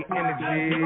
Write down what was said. energy